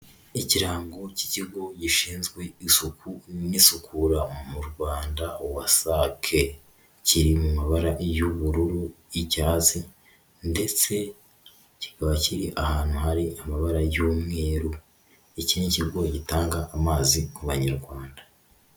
Ikirango cy'ikigo gishinzwe isuku n'isukura mu Rwanda WASAC, kiri mu mabara y'ubururu, icyatsi ndetse kikaba kiri ahantu hari amabara y'umweru, iki ni ikigo gitanga amazi ku banyarwanda.